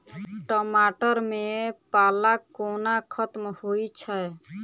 टमाटर मे पाला कोना खत्म होइ छै?